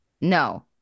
No